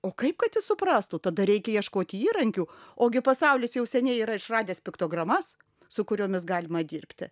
o kaip kad jis suprastų tada reikia ieškoti įrankių ogi pasaulis jau seniai yra išradęs piktogramas su kuriomis galima dirbti